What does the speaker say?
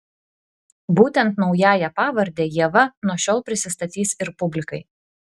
būtent naująja pavarde ieva nuo šiol prisistatys ir publikai